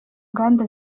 nganda